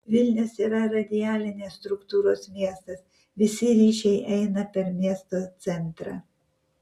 vilnius yra radialinės struktūros miestas visi ryšiai eina per miesto centrą